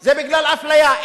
זה בגלל אפליה.